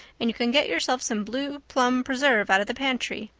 and you can get yourself some blue plum preserve out of the pantry.